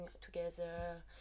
together